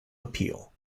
appeal